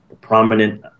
prominent